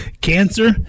Cancer